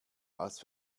als